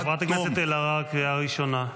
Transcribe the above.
חברת הכנסת אלהרר, קריאה ראשונה.